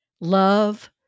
Love